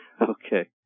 Okay